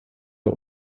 der